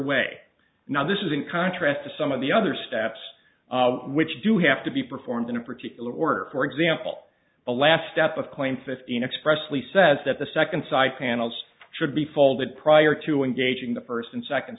way now this is in contrast to some of the other steps which do have to be performed in a particular order for example the last step of claim fifteen expressly says that the second side panels should be folded prior to engaging the first and second